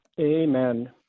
Amen